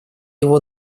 его